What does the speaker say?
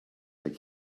like